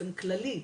באופן כללי,